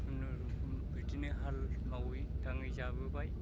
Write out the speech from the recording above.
खुनुरुखुम बिदिनो हाल मावै दाङै जाबोबाय